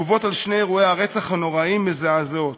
התגובות על שני אירועי הרצח הנוראים מזעזעות.